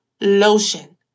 lotion